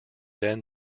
then